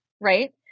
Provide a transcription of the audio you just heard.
right